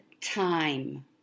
time